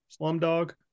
Slumdog